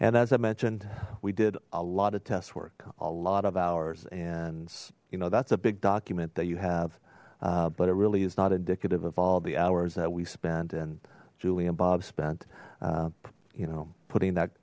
and as i mentioned we did a lot of tests work a lot of hours and you know that's a big document that you have but it really is not indicative of all the hours that we spent and julie and bob spent you know putting that